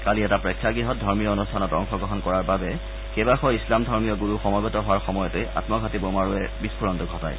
কালি এটা প্ৰেক্ষাগ্যহত ধৰ্মীয় অনুষ্ঠানত অংশগ্ৰহণ কৰাৰ বাবে কেইবাশ ইছলাম ধৰ্মীয় গুৰু সমবেত হোৱাৰ সময়তেই আম্মঘাতী বোমাৰুৱে বিস্ফোৰণটো ঘটায়